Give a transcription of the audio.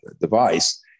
device